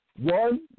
One